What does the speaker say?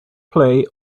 play